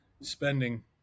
spending